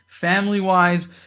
family-wise